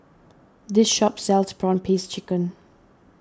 this shop sells Prawn Paste Chicken